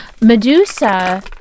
Medusa